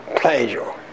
pleasure